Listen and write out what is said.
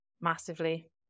massively